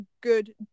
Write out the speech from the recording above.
good